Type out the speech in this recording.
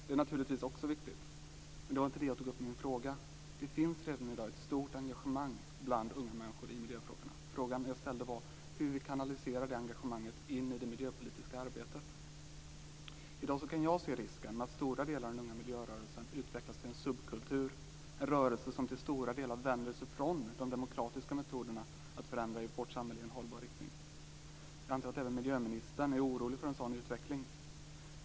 Det är naturligtvis också viktigt, men det var inte det jag tog upp i min fråga. Det finns redan i dag ett stort engagemang bland unga människor i miljöfrågorna. Frågan jag ställde var hur vi kanaliserar det engagemanget in i det miljöpolitiska arbetet. I dag kan jag se risken att stora delar av den unga miljörörelsen utvecklas till en subkultur, en rörelse som till stora delar vänder sig från de demokratiska metoderna att förändra vårt samhälle i en hållbar riktning. Jag antar att även miljöministern är orolig för en sådan utveckling.